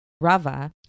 Rava